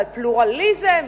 ועל פלורליזם,